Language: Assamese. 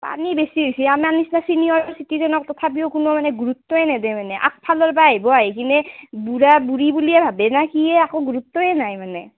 পানী বেছি হৈছে আমাৰ নিচিনা চিনিয়ৰ চিটিজেনক তথাপিও কোনো মানে গুৰুত্বই নিদিয়ে মানে আগফালৰ পৰা আহিব আহি কিনে বুঢ়া বুঢ়ী বুলিয়ে ভাৱেনে কিয়ে একো গুৰুত্বই নাই মানে